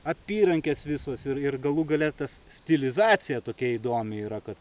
apyrankės visos ir ir galų gale tas stilizacija tokia įdomi yra kad